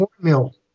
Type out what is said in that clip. cornmeal